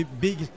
big